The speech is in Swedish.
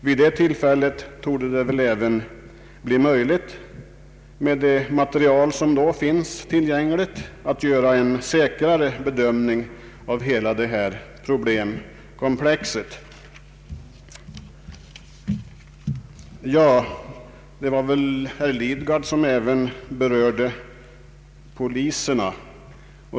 Vid det tillfället torde det även bli möjligt — med underlag av det material som då finns tillgängligt — att göra en säkrare bedömning av hela detta problemkomplex. Herr Lidgard berörde även poliserna.